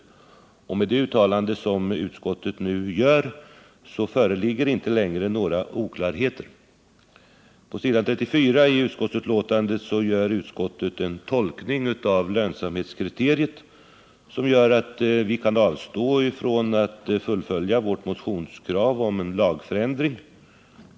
Med det uttalande utskottet nu gör föreligger inte längre några oklarheter. På s. 34 i utskottsbetänkandet gör utskottet en tolkning av lönsamhetskriteriet, som gör att vi kan avstå ifrån att fullfölja vårt motionskrav på en lagändring.